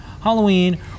Halloween